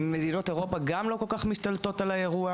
מדינות אירופה גם לא כל כך משתלטות על האירוע.